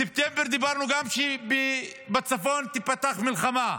בספטמבר אמרנו גם שבצפון תיפתח מלחמה,